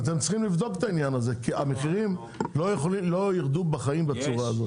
אתם צריכים לבדוק את העניין הזה כי המחירים לא ירדו בחיים בצורה הזאת.